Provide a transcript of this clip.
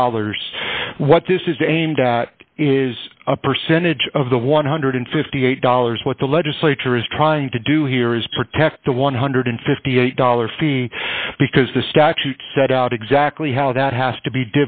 dollars what this is aimed at is a percentage of the one hundred and fifty eight dollars what the legislature is trying to do here is protect the one hundred and fifty eight dollars fee because the statute set out exactly how that has to be